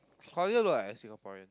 Claudia look like a Singaporean